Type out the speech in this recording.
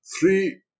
three